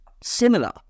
similar